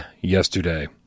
yesterday